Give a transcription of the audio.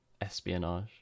espionage